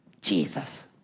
Jesus